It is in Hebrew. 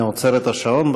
אני עוצר את השעון.